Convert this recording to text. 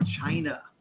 china